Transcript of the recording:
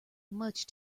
much